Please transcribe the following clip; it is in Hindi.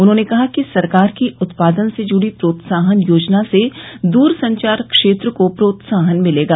उन्होंने कहा कि सरकार की उत्पादन से जुड़ी प्रोत्साहन योजना से दूरसंचार क्षेत्र को प्रोत्साहन मिलेगा